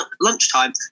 lunchtime